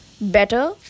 better